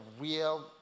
real